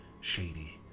shady